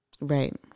Right